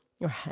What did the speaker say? Right